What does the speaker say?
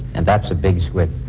and that's a big squid.